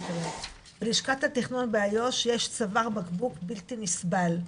ללשכת התכנון באיו"ש יש צוואר בקבוק בלתי נסבל.